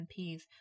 MPs